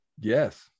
Yes